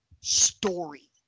story